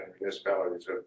municipalities